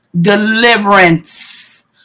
Deliverance